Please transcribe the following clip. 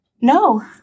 no